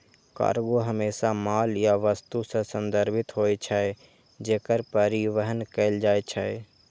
cargo हमेशा माल या वस्तु सं संदर्भित होइ छै, जेकर परिवहन कैल जाइ छै